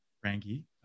Frankie